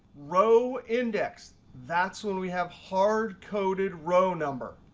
row index, that's when we have hard coded row number.